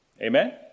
Amen